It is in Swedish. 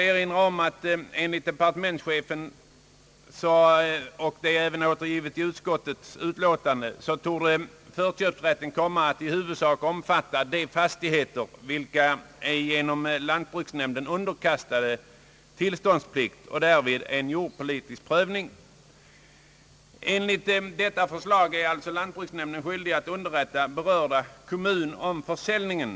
Enligt departementschefen — detta återges också i utskottets utlåtande — torde den här föreslagna förköpsrätten komma att i huvudsak omfatta fastigheter vilka genom lantbruksnämnden är underkastade tillståndsplikt och därmed en jordpolitisk prövning. Enligt detta förslag är lantbruksnämnden alltså skyldig att underrätta berörda kommun om försäljningen.